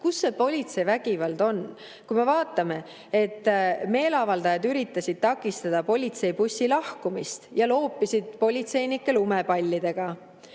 Kus see politsei vägivald on? Meeleavaldajad üritasid takistada politseibussi lahkumist ja loopisid politseinikke lumepallidega.